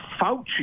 Fauci